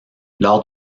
lors